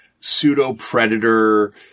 pseudo-predator